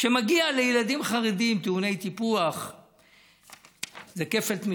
כשזה מגיע לילדים חרדים טעוני טיפוח זה כפל תמיכות.